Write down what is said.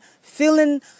feeling